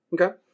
Okay